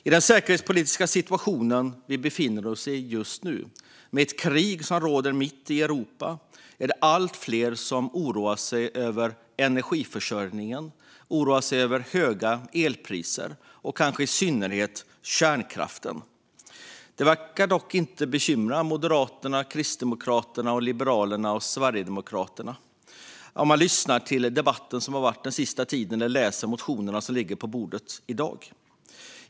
I den säkerhetspolitiska situation vi just nu befinner oss i, med ett krig som pågår mitt i Europa, är det allt fler som oroar sig över energiförsörjningen och över höga elpriser - och kanske i synnerhet över kärnkraften. Utifrån debatten den senaste tiden och de motioner som ligger på bordet i dag verkar detta dock inte bekymra Moderaterna, Kristdemokraterna, Liberalerna och Sverigedemokraterna.